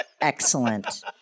Excellent